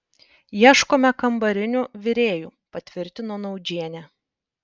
ieškome kambarinių virėjų patvirtino naudžienė